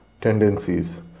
tendencies